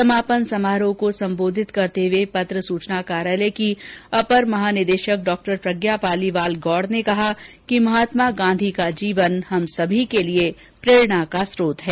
समापन समारोह को सम्बोधित करते हुए पत्र सूचना कार्यालय की अपर महानिदेशक डॉ प्रज्ञा पालीवाल गौड़ ने कहा कि महात्मा गांधी का जीवन हम सबके लिए प्रेरणा का स्त्रोत है